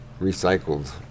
recycled